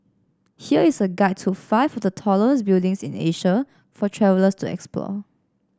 here is a guide to five of the tallest buildings in Asia for travellers to explore